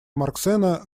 марксэна